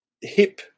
hip